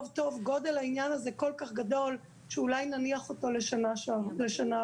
שגודל העניין הזה כל כך גדול שאולי נניח אותו לשנה הבאה.